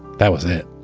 that was it.